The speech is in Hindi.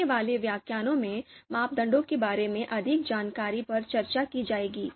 आने वाले व्याख्यानों में मापदंडों के बारे में अधिक जानकारी पर चर्चा की जाएगी